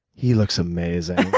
he looks amazing